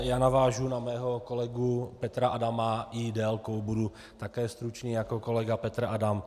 Já navážu na mého kolegu Petra Adama i délkou, budu také stručný jako kolega Petr Adam.